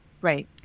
Right